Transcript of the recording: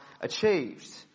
achieved